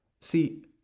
See